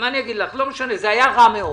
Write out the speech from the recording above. זה היה רע מאוד.